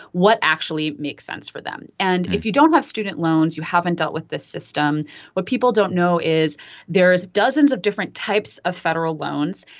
what actually makes sense for them. and if you don't have student loans, you haven't dealt with this system what people don't know is there is dozens of different types of federal loans,